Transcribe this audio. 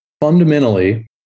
Fundamentally